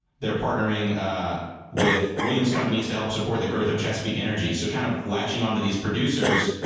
they're partnering with williams companies to help support the growth of chesapeake energy. so kind of latching onto these producers